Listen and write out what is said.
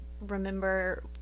remember